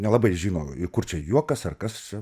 nelabai žino kur čia juokas ar kas